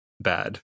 bad